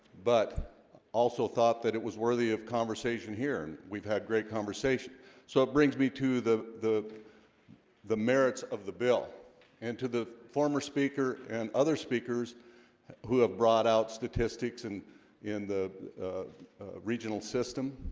but also thought that it was worthy of conversation here. we've had great conversation so it brings me to the the the merits of the bill and to the former speaker and other speakers who have brought out statistics and in the regional system.